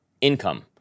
income